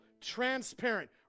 transparent